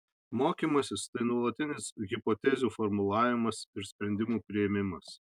mokymasis tai nuolatinis hipotezių formulavimas ir sprendimų priėmimas